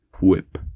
whip